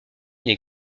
les